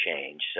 change